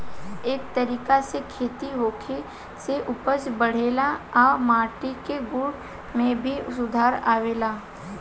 ए तरीका से खेती होखे से उपज बढ़ेला आ माटी के गुण में भी सुधार आवेला